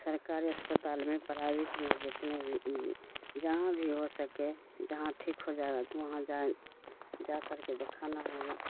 سرکاری اسپتال میں پرائیویٹ میں جتنے بھی جہاں بھی ہو سکے جہاں ٹھیک ہو جائے تو وہاں جا کر کے دکھانا ہے